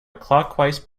clockwise